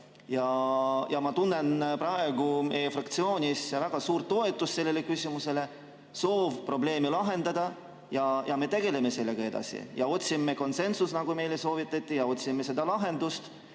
Ma tunnen meie fraktsioonis praegu väga suurt toetust sellele küsimusele, soovi probleem lahendada, ja me tegeleme sellega edasi ning otsime konsensust, nagu meile soovitati, otsime seda lahendust.